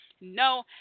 no